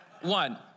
One